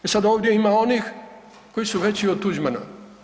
E sad ovdje ima onih koji su veći i od Tuđmana.